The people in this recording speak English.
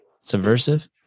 subversive